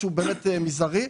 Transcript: משהו באמת מזערי,